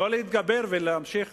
לא להתגבר ולהוציא